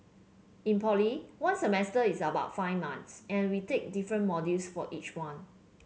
in poly one semester is about five months and we take different modules for each one